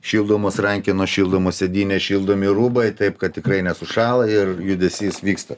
šildomos rankenos šildomos sėdynės šildomi rūbai taip kad tikrai nesušąla ir judesys vyksta